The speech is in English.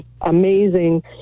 amazing